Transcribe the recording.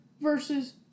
versus